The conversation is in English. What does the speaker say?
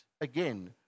again